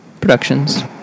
Productions